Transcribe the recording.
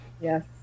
Yes